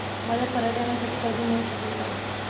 मला पर्यटनासाठी कर्ज मिळू शकेल का?